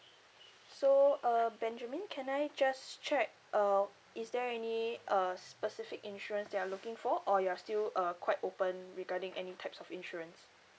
so uh benjamin can I just check uh is there any uh specific insurance that you're looking for or you're still uh quite open regarding any types of insurance